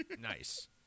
Nice